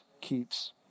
keeps